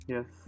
Yes